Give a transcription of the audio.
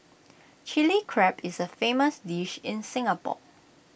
Chilli Crab is A famous dish in Singapore